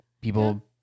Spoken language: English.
people